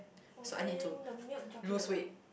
oh man the milk chocolate though